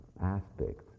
aspects